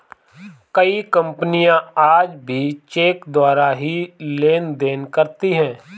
कई कपनियाँ आज भी चेक द्वारा ही लेन देन करती हैं